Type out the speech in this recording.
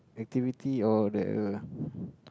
activity or the